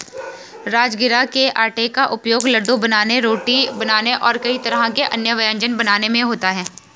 राजगिरा के आटे का उपयोग लड्डू बनाने रोटी बनाने और कई तरह के अन्य व्यंजन बनाने में होता है